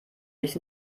nicht